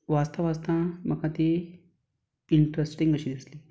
वाचता वाचता म्हाका ती इंट्रस्टींग अशी दिसली